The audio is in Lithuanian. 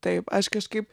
taip aš kažkaip